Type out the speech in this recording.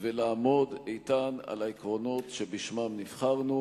ולעמוד איתן על העקרונות שבשמם נבחרנו,